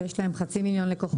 שיש להם חצי מיליון לקוחות.